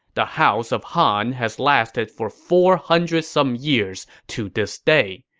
the house of han has lasted for four hundred some years to this day,